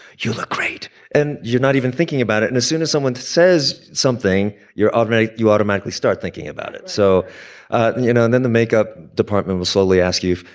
you look great and you're not even thinking about it. and as soon as someone says something you're automatic, you automatically start thinking about it. so and you know, and then the makeup department will slowly ask you,